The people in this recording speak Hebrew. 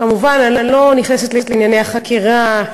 כמובן, אני לא נכנסת לענייני החקירה.